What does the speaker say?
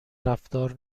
رفتار